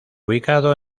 ubicado